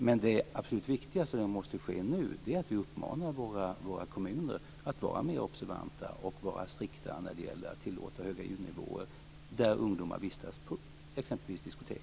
Men det absolut viktigaste, och det som måste ske nu, är att vi uppmanar våra kommuner att vara mer observanta och strikta när det gäller att tillåta höga ljudnivåer där ungdomar vistas, på exempelvis diskotek.